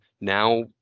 now